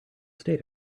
state